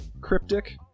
cryptic